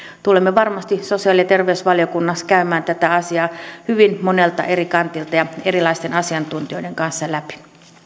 tulemme varmasti sosiaali ja terveysvaliokunnassa käymään tätä asiaa hyvin monelta eri kantilta ja erilaisten asiantuntijoiden kanssa läpi